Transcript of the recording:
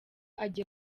agiye